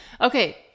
Okay